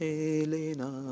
elena